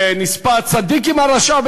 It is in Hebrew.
ונספה צדיק עם רשע.